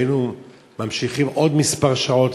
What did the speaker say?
אם היינו ממשיכים עוד כמה שעות,